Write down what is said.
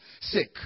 sick